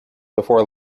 before